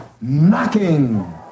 Knocking